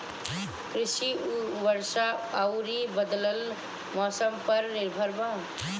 कृषि वर्षा आउर बदलत मौसम पर निर्भर बा